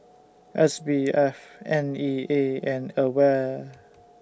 S B F N E A and AWARE